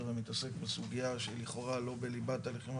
ומתעסק בסוגיה שלכאורה היא לא בליבת הלחימה,